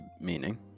meaning